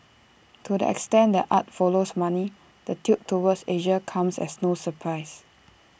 to the extent that art follows money the tilt toward Asia comes as no surprise